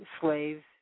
slaves